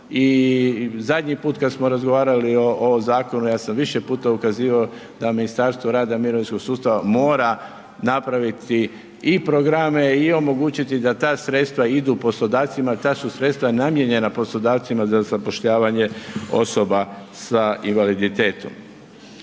i zadnji put kada smo razgovarali o zakonu, ja sam više puta ukazivao da Ministarstvo rada i mirovinskog sustava mora napraviti i programe i omogućiti da ta sredstva idu poslodavcima, ta su sredstva namijenjena poslodavcima za zapošljavanje osoba s invaliditetom.